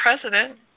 president